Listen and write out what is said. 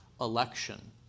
election